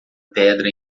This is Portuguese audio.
pedra